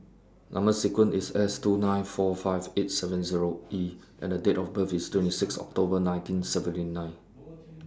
Number sequence IS S two nine four five eight seven Zero E and A Date of birth IS twenty six October nineteen seventy nine